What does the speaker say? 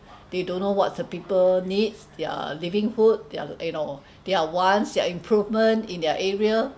they don't know what's the people needs their livelihood their you know their wants their improvement in their area